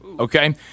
Okay